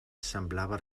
semblava